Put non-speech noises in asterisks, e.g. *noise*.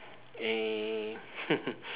err *laughs*